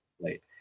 late